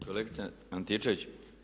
Kolegice Antičević.